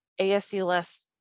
ascls